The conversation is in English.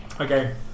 okay